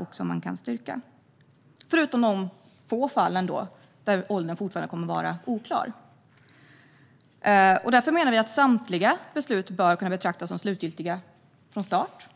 Detta ska gälla, utom i de få fall där åldern fortfarande kommer att vara oklar. Därför menar vi att samtliga beslut bör kunna betraktas som slutgiltiga från start.